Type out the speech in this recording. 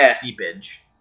seepage